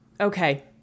okay